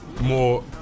more